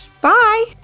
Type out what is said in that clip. Bye